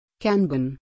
Kanban